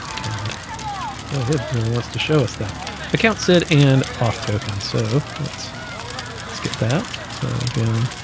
and boy, it really wants to show us that account sid, and auth token. so let's let's get that. so again,